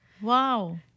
Wow